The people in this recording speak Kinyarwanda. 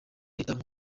leta